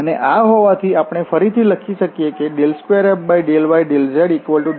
અને આ હોવાથી આપણે ફરીથી લખી શકીએ છીએ 2f∂y∂z2f∂z∂y